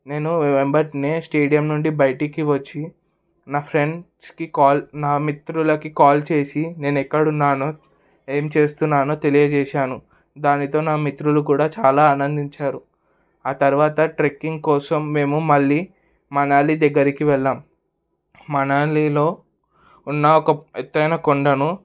నేను వెంటనే స్టేడియం నుండి బయటికి వచ్చి నా ఫ్రెండ్స్కి కాల్ నా మిత్రులకి కాల్ చేసి నేను ఎక్కడున్నాను ఏం చేస్తున్నానో తెలియచేసాను దానితో నా మిత్రులు కూడా చాలా ఆనందించారు ఆ తర్వాత ట్రెక్కింగ్ కోసం మేము మళ్ళీ మనాలి దగ్గరికి వెళ్ళాం మనాలిలో ఉన్న ఒక ఎత్తైన కొండను